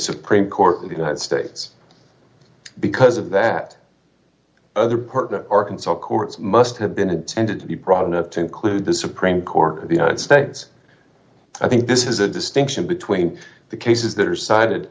supreme court of the united states because of that other part of arkansas courts must have been intended to be brought up to include the supreme court of the united states i think this is a distinction between the cases that are cited